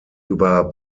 über